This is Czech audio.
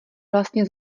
vlastně